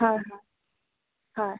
হয় হয় হয়